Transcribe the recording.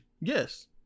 Yes